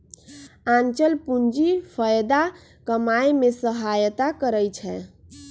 आंचल पूंजी फयदा कमाय में सहयता करइ छै